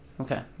Okay